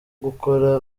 gukora